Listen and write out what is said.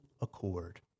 accord